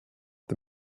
the